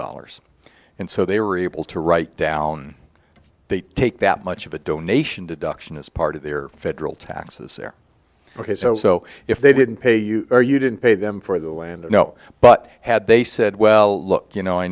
dollars and so they were able to write down they take that much of a donation deduction as part of their federal taxes ok so if they didn't pay you or you didn't pay them for the land no but had they said well look you know i